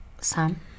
Sam